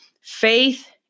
faith